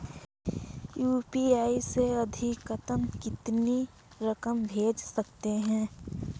UPI से अधिकतम कितनी रकम भेज सकते हैं?